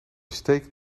steak